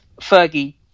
Fergie